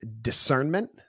discernment